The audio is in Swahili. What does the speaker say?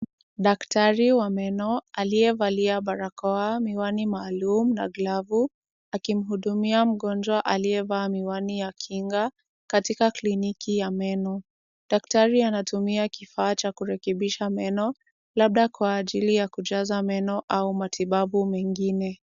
Daktari wa meno, aliyevalia barakoa, miwani maalum na glavu, akimuhudumia mgonjwa aliyevaa miwani ya kinga, katika clinic ya meno. Daktari anatumia kifaa cha kurekebisha meno, labda kwa ajili ya kujaza meno au matibabu mengine.